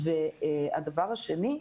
הדבר השני,